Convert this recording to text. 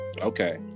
okay